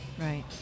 Right